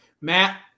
Matt